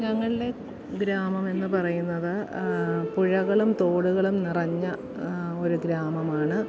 ഞങ്ങളുടെ ഗ്രാമമെന്ന് പറയുന്നത് പുഴകളും തോടുകളും നിറഞ്ഞ ഒരു ഗ്രാമമാണ്